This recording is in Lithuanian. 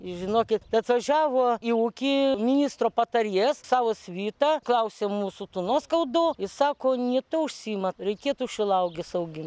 žinokit atvažiavo į ūkį ministro patarėjas su savo svita klausė mūsų tų nuoskaudų jis sako ne tuo užsiimat reikėtų šilauoges augint